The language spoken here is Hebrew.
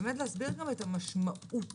להסביר את המשמעות